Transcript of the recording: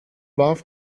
warf